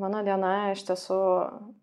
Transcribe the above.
mano diena iš tiesų